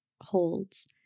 holds